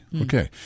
Okay